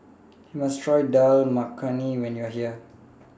YOU must Try Dal Makhani when YOU Are here